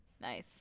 Nice